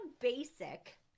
basic